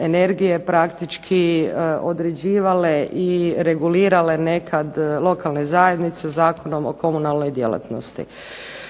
energije praktički određivale i regulirale nekad lokalne zajednice Zakonom o komunalnoj djelatnosti.